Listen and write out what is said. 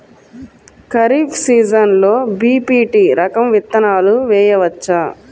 ఖరీఫ్ సీజన్లో బి.పీ.టీ రకం విత్తనాలు వేయవచ్చా?